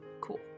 cool